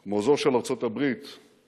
כמו זו של ארצות-הברית ובריטניה,